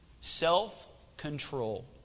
self-control